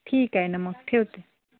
ठीक आहे ना मग ठेवते